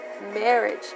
marriage